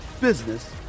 business